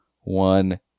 one